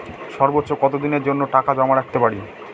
সর্বোচ্চ কত দিনের জন্য টাকা জমা রাখতে পারি?